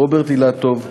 רוברט אילטוב,